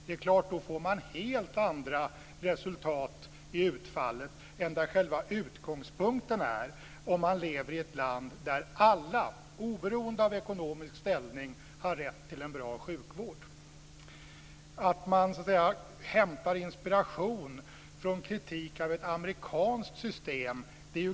Det är klart att man där får helt andra resultat vid utfallet än man får där själva utgångspunkten är att man lever i ett land där alla, oberoende av ekonomisk ställning, har rätt till en bra sjukvård. Det är ganska sorgligt att man hämtar inspiration från kritik av ett amerikanskt system.